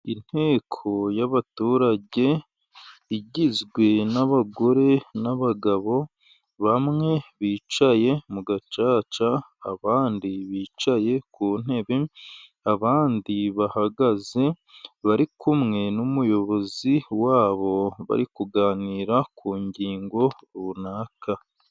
Inteko y'abaturage igizwe n'abagore n'abagabo, bamwe bicaye mu gacaca abandi bicaye ku ntebe abandi bahagaze, bari kumwe n'umuyobozi wabo bari kuganira ku ngingo runaka.